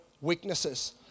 weaknesses